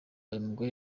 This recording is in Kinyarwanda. uyumugore